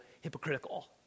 hypocritical